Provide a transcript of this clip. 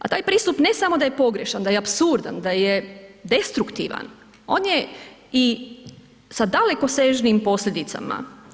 A taj pristup ne samo da je pogrešan, da je apsurdan, da je destruktivan on je i sa dalekosežnijim posljedicama.